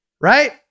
Right